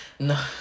No